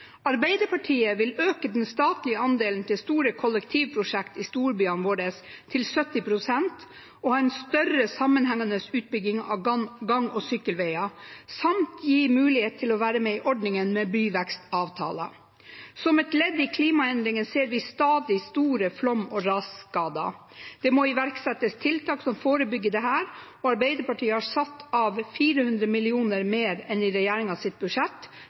Arbeiderpartiet vil øke den statlige andelen til store kollektivprosjekt i storbyene våre til 70 pst. og ha en større, sammenhengende utbygging av gang- og sykkelveier samt gi mulighet til å være med i ordningen med byvekstavtaler. Som et ledd i klimaendringene ser vi stadig store flom- og rasskader. Det må iverksettes tiltak som forebygger dette, og Arbeiderpartiet har satt av 400 mill. kr mer enn i regjeringens budsjett